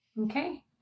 Okay